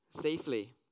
safely